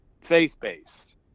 faith-based